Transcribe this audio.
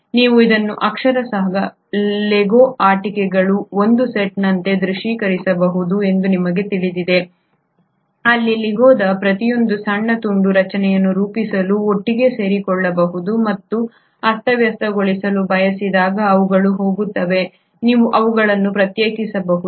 ನೀವು ಇದನ್ನು ಅಕ್ಷರಶಃ ಲೆಗೊ ಆಟಿಕೆಗಳ ಒಂದು ಸೆಟ್ನಂತೆ ದೃಶ್ಯೀಕರಿಸಬಹುದು ಎಂದು ನಿಮಗೆ ತಿಳಿದಿದೆ ಅಲ್ಲಿ ಲೆಗೊದ ಪ್ರತಿಯೊಂದು ಸಣ್ಣ ತುಂಡು ರಚನೆಯನ್ನು ರೂಪಿಸಲು ಒಟ್ಟಿಗೆ ಸೇರಿಕೊಳ್ಳಬಹುದು ಮತ್ತು ಅಸ್ತವ್ಯಸ್ತಗೊಳಿಸಲು ಬಯಸಿದಾಗ ಅವುಗಳು ಹೋಗುತ್ತವೆ ನೀವು ಅವುಗಳನ್ನು ಪ್ರತ್ಯೇಕಿಸಬಹುದು